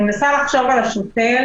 אני מנסה לחשוב על השוטר